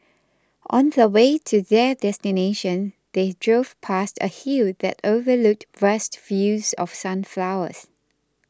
on the way to their destination they drove past a hill that overlooked vast fields of sunflowers